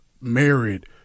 married